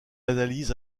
analyse